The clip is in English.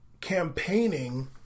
campaigning